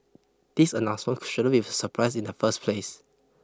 this announcement shouldn't be a surprise in the first place